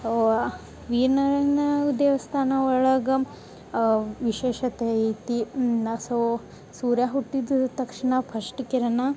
ವೀರ್ನಾರಾಯಣ ದೇವಸ್ಥಾನ ಒಳಗೆ ವಿಶೇಷತೆ ಐತಿ ನಾ ಸೋ ಸೂರ್ಯ ಹುಟ್ಟಿದ ತಕ್ಷಣ ಫಶ್ಟ್ ಕಿರಣ